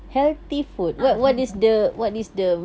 ah healthy food